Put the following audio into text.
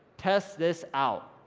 test this out.